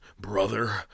brother